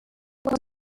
kwa